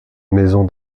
maison